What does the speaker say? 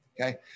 Okay